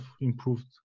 improved